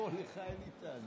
לא, לך אין לי טענות.